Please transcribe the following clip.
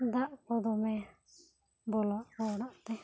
ᱫᱟᱜ ᱠᱚ ᱫᱚᱢᱮ ᱵᱚᱞᱚᱣᱟᱫ ᱠᱚᱣᱟ ᱚᱲᱟᱜ ᱛᱮ